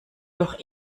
doch